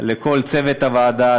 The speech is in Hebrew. לכל צוות הוועדה,